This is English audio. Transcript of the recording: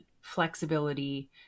flexibility